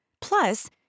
Plus